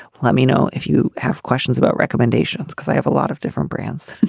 let me know if you have questions about recommendations because i have a lot of different brands.